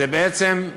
זה בעצם,